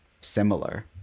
similar